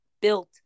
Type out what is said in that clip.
built